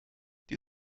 die